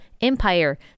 Empire